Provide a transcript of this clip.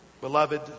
Beloved